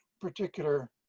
particular